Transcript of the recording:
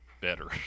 better